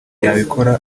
yabikora